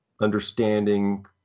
understanding